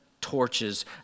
torches